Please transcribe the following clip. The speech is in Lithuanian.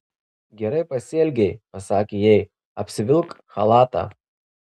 gerai pasielgei pasakė jai apsivilk chalatą